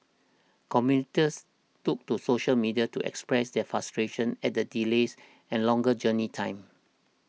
commuters took to social media to express their frustration at the delays and longer journey time